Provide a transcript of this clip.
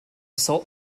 salt